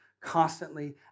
constantly